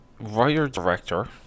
writer-director